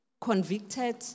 convicted